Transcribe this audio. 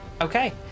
Okay